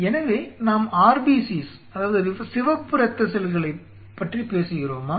எனவே நாம் RBCs சிவப்பு இரத்த செல்களைப் பற்றி பேசுகிறோமா